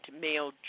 male